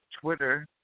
Twitter